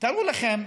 תארו לכם,